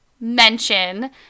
mention